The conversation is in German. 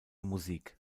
musik